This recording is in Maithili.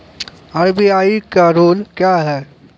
आर.बी.आई का रुल क्या हैं?